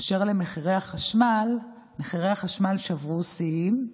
אשר למחירי החשמל, מחירי החשמל שברו שיאים,